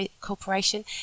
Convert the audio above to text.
corporation